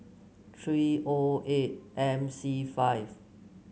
three O eight M C five